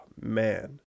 man